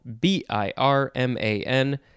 B-I-R-M-A-N